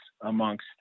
amongst